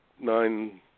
nine